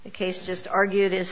the case just argued is